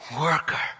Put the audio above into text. worker